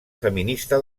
feminista